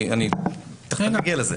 אני תיכף מגיע לזה.